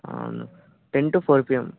అవును ten to four PM